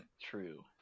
true